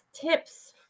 tips